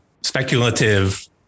speculative